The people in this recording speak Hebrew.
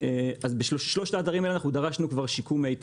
אז בשלושת האתרים האלה אנחנו דרשנו כבר שיקום מי תהום.